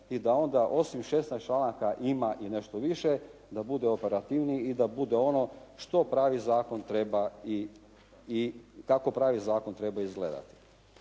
i da onda osim 16 članaka ima i nešto više, da bude operativniji i da bude ono što pravi zakon treba i, kako pravi zakon treba izgledati.